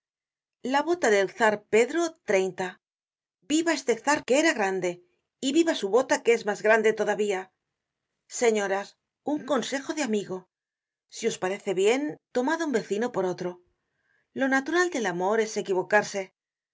la bota del czar pedro treinta viva este czar que era grande y viva su bota que es mas grande todavía señoras un consejo de amigo si os parece bien tomad un vecino por otro lo natural del amor es equivocarse